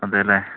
അതേയല്ലേ